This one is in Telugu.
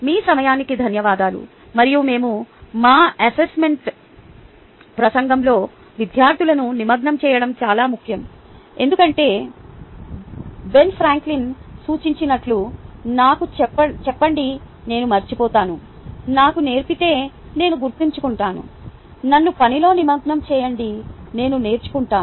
మీ సమయానికి ధన్యవాదాలు మరియు మేము మా అసెస్మెంట్ ప్రసంగంలో విద్యార్థులను నిమగ్నం చేయడం చాలా ముఖ్యం ఎందుకంటే బెన్ ఫ్రాంక్లిన్ సూచించినట్లు నాకు చెప్పండి నేను మరచిపోతాను నాకు నేర్పితే నేను గుర్తుంచుకుంటాను నన్ను పనిలో నిమగ్నం చేయండి నేను నేర్చుకుంటాను